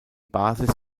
basis